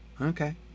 Okay